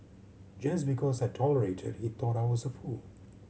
just because I tolerated he thought I was a fool